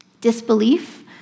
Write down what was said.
Disbelief